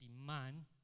demand